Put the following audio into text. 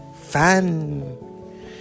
fun